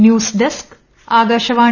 news desk Akashvani